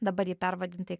dabar ji pervadinta į